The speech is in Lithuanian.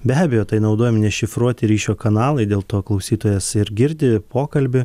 be abejo tai naudojami nešifruoti ryšio kanalai dėl to klausytojas ir girdi pokalbį